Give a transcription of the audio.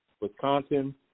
Wisconsin